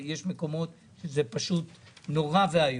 יש מקומות שזה פשוט נורא ואיום,